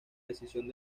decisión